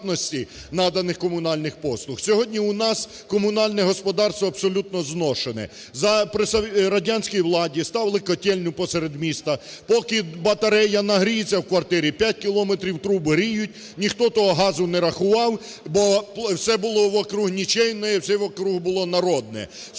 Сьогодні у нас комунальне господарство абсолютно зношене. За... при радянській владі ставили котельну посеред міста, поки батарея нагріється в квартирі 5 кілометрів труб гріють, ніхто того газу не рахував, бо все було в округ ничейное, все вокруг було народне.